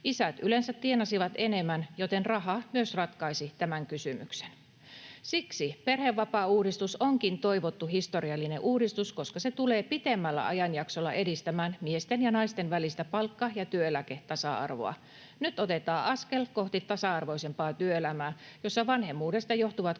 Isät yleensä tienasivat enemmän, joten raha myös ratkaisi tämän kysymyksen. Siksi perhevapaauudistus onkin toivottu, historiallinen uudistus, koska se tulee pitemmällä ajanjaksolla edistämään miesten ja naisten välistä palkka‑ ja työeläketasa-arvoa. Nyt otetaan askel kohti tasa-arvoisempaa työelämää, jossa vanhemmuudesta johtuvat